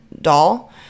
doll